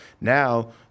now